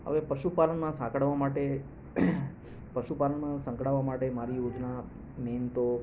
હવે પશુપાલનમાં સાંકળવા માટે પશુ પાલનમાં સંકળાવા માટે મારી યોજના મેન તો